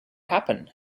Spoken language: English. happen